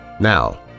Now